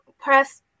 press